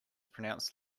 pronounced